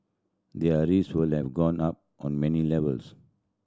their risks would have gone up on many levels